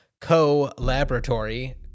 co-laboratory